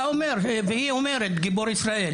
אתה אומר והיא אומרת שהוא גיבור ישראל.